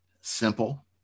Simple